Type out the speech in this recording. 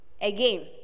again